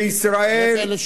תהליך מדיני.